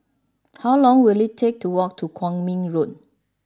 how long will it take to walk to Kwong Min Road